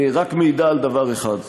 מעידה רק על דבר אחד,